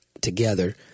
together